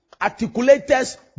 articulators